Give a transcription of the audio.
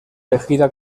elegida